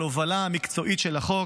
על הובלה מקצועית של החוק,